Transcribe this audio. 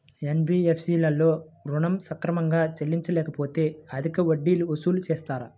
NBFC లలో ఋణం సక్రమంగా చెల్లించలేకపోతె అధిక వడ్డీలు వసూలు చేస్తారా?